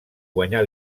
guanyar